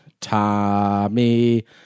Tommy